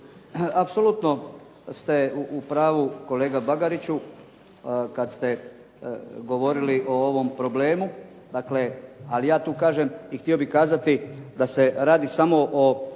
Apsolutno ste u pravu kolega Bagariću, kad ste govorili o ovom problemu. Dakle, ali ja tu kažem i htio bih kazati da se radi samo o